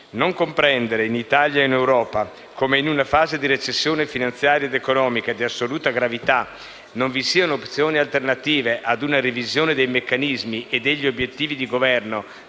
Non comprendere, in Italia e in Europa, come in una fase di recessione finanziaria ed economica di assoluta gravità non vi siano opzioni alternative a una revisione dei meccanismi e degli obiettivi di governo